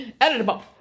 Editable